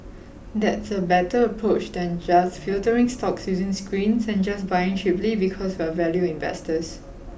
that's a better approach than just filtering stocks using screens and just buying cheaply because we're value investors